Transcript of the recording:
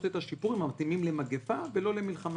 את השיפורים המתאימים למגפה ולא למלחמה.